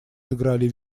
сыграли